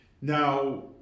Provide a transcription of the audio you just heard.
Now